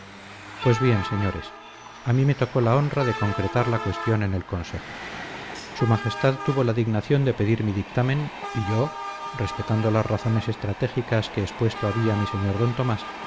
pues bien señores a mí me tocó la honra de concretar la cuestión en el consejo su majestad tuvo la dignación de pedir mi dictamen y yo respetando las razones estratégicas que expuesto había mi señor d tomás